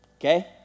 Okay